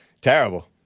Terrible